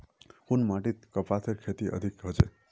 कुन माटित कपासेर खेती अधिक होचे?